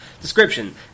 Description